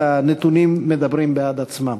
והנתונים מדברים בעד עצמם.